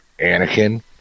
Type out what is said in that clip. Anakin